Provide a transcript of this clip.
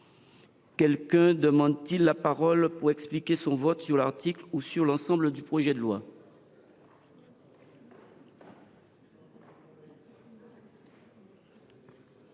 Quelqu’un demande t il la parole pour expliquer son vote sur l’article ou sur l’ensemble du projet de loi ?…